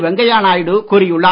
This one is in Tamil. வெங்கைய நாயுடு கூறியுள்ளார்